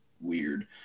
weird